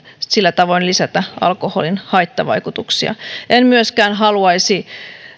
sillä tavoin lisätä alkoholin haittavaikutuksia en myöskään haluaisi